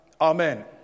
Amen